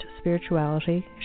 spirituality